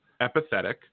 empathetic